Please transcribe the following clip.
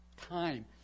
time